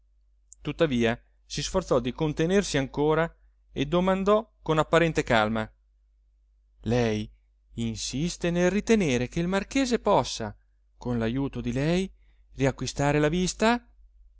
tuttavia si sforzò di contenersi ancora e domandò con apparente calma lei insiste nel ritener che il marchese possa con l'ajuto di lei riacquistare la vista